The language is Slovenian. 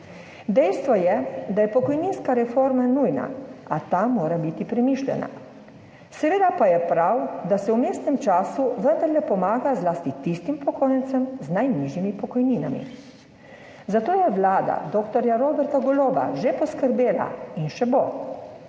Dejstvo je, da je pokojninska reforma nujna, a ta mora biti premišljena. Seveda pa je prav, da se v vmesnem času vendarle pomaga zlasti tistim upokojencem z najnižjimi pokojninami. Za to je vlada dr. Roberta Goloba že poskrbela in še bo,